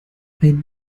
ein